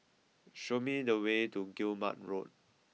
show me the way to Guillemard Road